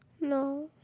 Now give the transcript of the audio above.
No